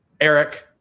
Eric